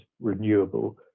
renewable